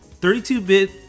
32-bit